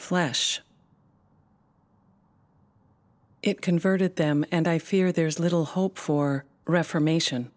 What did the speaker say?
flesh it converted them and i fear there is little hope for reformation